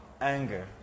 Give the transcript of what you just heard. Anger